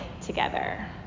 together